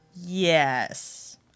Yes